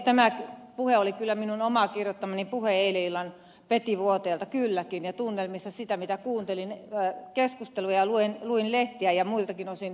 tämä puhe oli kyllä minun oma kirjoittamani puhe eilisillan petivuoteelta kylläkin ja tunnelmissa siitä mitä kuuntelin keskusteluja ja luin lehtiä ja muiltakin osin analysoin tilannetta